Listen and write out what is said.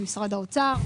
עם משרד האוצר,